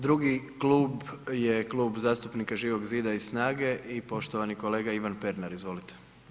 Drugi Klub je Klub zastupnika Živog zida i SNAGA-e i poštovani kolega Ivan Pernar, izvolite.